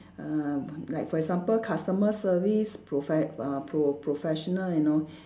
err like for example customer service profe~ uh pro~ professional you know